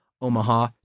Omaha